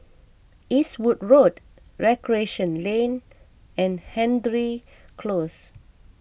Eastwood Road Recreation Lane and Hendry Close